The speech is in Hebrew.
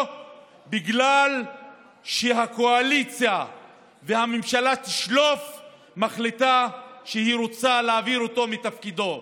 בגלל שהקואליציה וממשלת השלוף מחליטות שהן רוצות להעביר אותו מתפקידו.